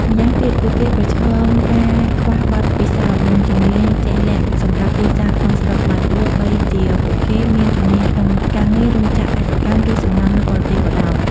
ម្យ៉ាងទៀតពួកគេប្រឈមការខ្វះបទពិសោធន៍និងជំនាញជាក់លាក់សម្រាប់ទីផ្សារក្នុងស្រុកបើទោះបីជាពួកគេមានជំនាញក្នុងការងាររោងចក្រ កសិកម្ម ឬសំណង់នៅបរទេសក៏ដោយ ។